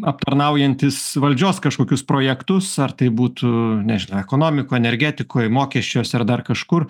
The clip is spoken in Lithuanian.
aptarnaujantys valdžios kažkokius projektus ar tai būtų nežinau ekonomikoj energetikoj mokesčiuose ar dar kažkur